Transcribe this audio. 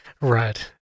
right